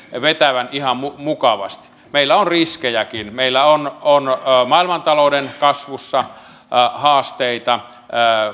vetävän ihan mukavasti meillä on riskejäkin meillä on on maailmantalouden kasvussa haasteita